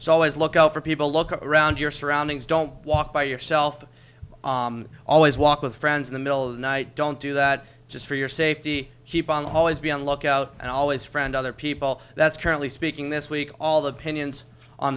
so always look out for people look around your surroundings don't walk by yourself always walk with friends in the middle of the night don't do that just for your safety keep on always be on the lookout and always friend other people that's currently speaking this week all the pinions on